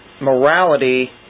morality